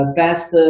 best